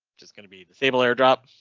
just going to be disable airdrop.